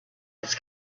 its